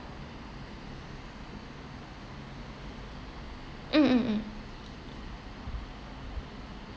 mm mm mm